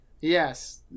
yes